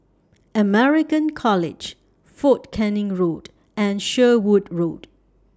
American College Fort Canning Road and Sherwood Road